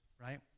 right